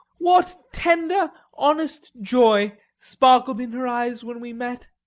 what tender honest joy sparkled in her eyes when we met!